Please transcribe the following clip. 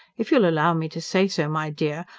if you'll allow me to say so, my dear,